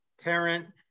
parent